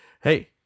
Hey